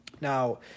Now